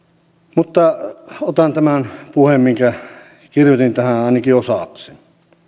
mutta otan nyt tämän puheen minkä kirjoitin tähän ainakin osaksi